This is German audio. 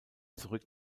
zurück